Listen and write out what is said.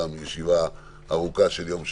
ישיבה של יום שלם,